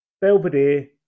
Belvedere